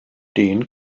den